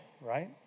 right